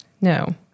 no –